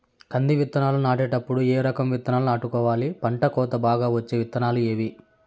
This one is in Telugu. కంది విత్తనాలు నాటేటప్పుడు ఏ రకం విత్తనాలు నాటుకోవాలి, పంట కోత బాగా వచ్చే విత్తనాలు ఏవీ?